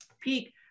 peak